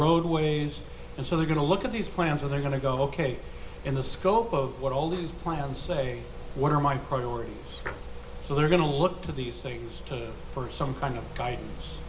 roadways and so they're going to look at these plans and they're going to go ok in the scope of what all these plans say what are my priorities so they're going to look to these things for some kind of guid